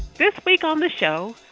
this week on the show,